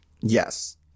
Yes